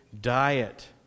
diet